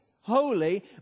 holy